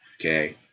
Okay